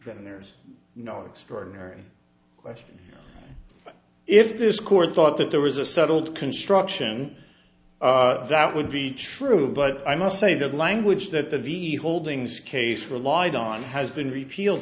then there's no extraordinary question if this court thought that there was a settled construction that would be true but i must say that language that the v holdings case relied on has been repealed